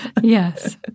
Yes